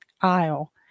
aisle